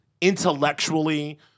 intellectually